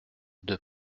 deux